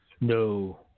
no